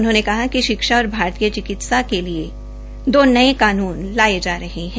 उन्होंने कहा कि शिक्षा और भारतीय चिकित्सा के लिए दो नये कानून लाये जा रहे है